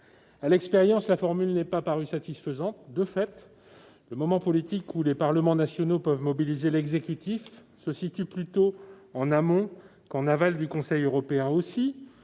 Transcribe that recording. a montré que la formule n'était pas satisfaisante. De fait, le moment politique où les parlements nationaux peuvent mobiliser l'exécutif se situe plutôt en amont qu'en aval du Conseil européen. Aussi,